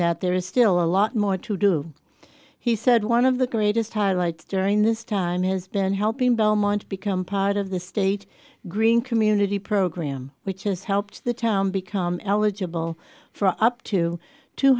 that there is still a lot more to do he said one of the greatest highlights during this time has been helping belmont become part of the state green community program which has helped the town become eligible for up to two